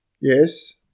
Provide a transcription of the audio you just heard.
Yes